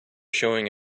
showing